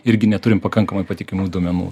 irgi neturim pakankamai patikimų duomenų